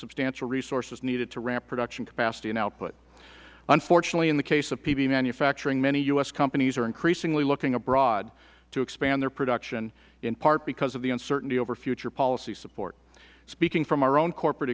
substantial resources needed to ramp production capacity and output unfortunately in the case of pv manufacturing many u s companies are increasingly looking abroad to expand their production in part because of the uncertainty over future policy support speaking from our own corporate